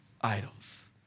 idols